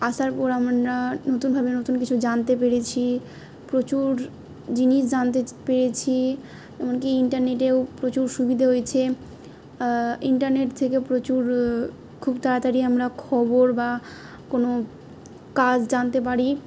আসার পর আমরা নতুনভাবে নতুন কিছু জানতে পেরেছি প্রচুর জিনিস জানতে পেরেছি এমনকি ইন্টারনেটেও প্রচুর সুবিধে হয়েছে ইন্টারনেট থেকে প্রচুর খুব তাড়াতাড়ি আমরা খবর বা কোনো কাজ জানতে পারি